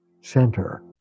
center